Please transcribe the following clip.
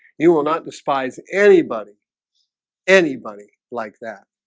you will not despise anybody anybody like that